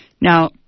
Now